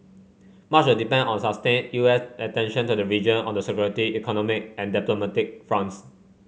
much will depend on sustained U S attention to the region on the security economic and diplomatic fronts